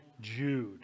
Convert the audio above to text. Jude